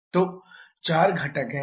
तो चार घटक हैं